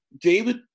David